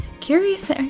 Curious